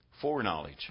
Foreknowledge